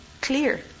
clear